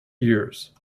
years